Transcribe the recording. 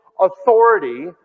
authority